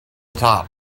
top